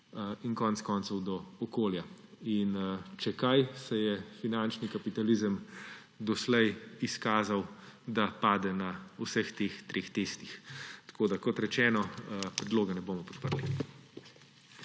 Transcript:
in konec koncev do okolja? In če kaj, se je finančni kapitalizem doslej izkazal, da pade na vseh teh treh testih. Kot rečeno, predloga ne bomo podprli.